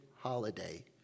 holiday